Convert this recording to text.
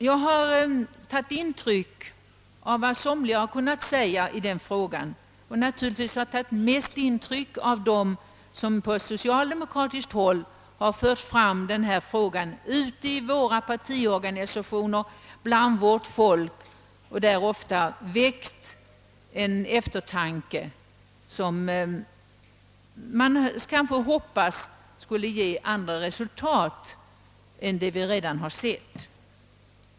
Jag har tagit intryck av vad somliga har kunnat säga i denna fråga och naturligtvis mest av dem som på socialdemokratiskt håll fört fram frågan ute i våra partiorganisationer samt där väckt en eftertanke som man kanske hoppats skulle ge andra resultat än dem vi hittills sett.